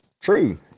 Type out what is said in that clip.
True